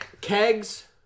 Kegs